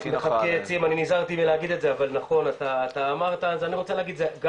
אני נזהרתי מלהגיד את זה אבל נכון אתה אמרת את זה,